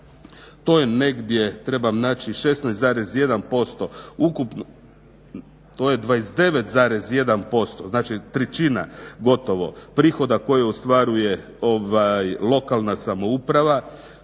to je negdje trebam naći 21,9% znači trećina gotovo prihoda koje ostvaruje lokalna samouprava.